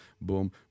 Boom